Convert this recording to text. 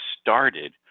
started